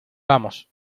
vamos